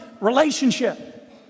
relationship